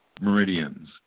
meridians